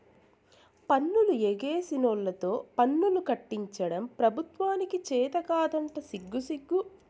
పన్నులు ఎగేసినోల్లతో పన్నులు కట్టించడం పెబుత్వానికి చేతకాదంట సిగ్గుసిగ్గు